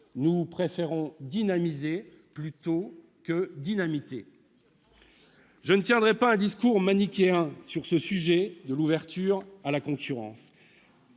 Nous préférons dynamiser plutôt que dynamiter ! Je ne tiendrai pas un discours manichéen sur le sujet de l'ouverture à la concurrence.